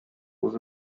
was